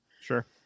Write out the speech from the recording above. Sure